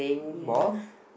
ya